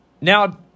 Now